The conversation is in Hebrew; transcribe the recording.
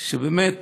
שבאמת